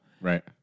Right